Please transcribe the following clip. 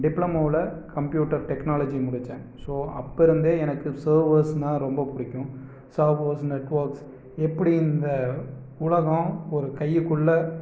டிப்ளமோவில் computer technology முடித்தேன் so அப்போ இருந்தே எனக்கு சர்வர்ஸ்னால் ரொம்ப பிடிக்கும் சர்வர்ஸ் நெட்வொர்க்ஸ் எப்படி இந்த உலகம் ஒரு கைக்குள்ள